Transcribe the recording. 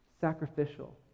sacrificial